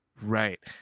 Right